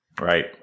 Right